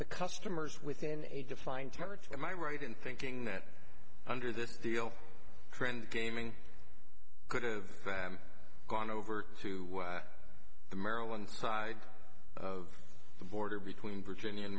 the customers within a defined term or to my right in thinking that under this deal trend gaming could've gone over to the maryland side of the border between virginia and